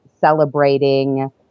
celebrating